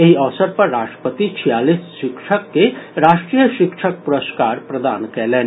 एहि अवसर पर राष्ट्रपति छियालीस शिक्षक के राष्ट्रीय शिक्षक पुरस्कार प्रदान कयलनि